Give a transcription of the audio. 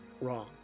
wrong